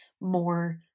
more